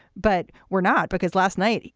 but we're not. because last night,